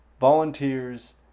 volunteers